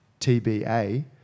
TBA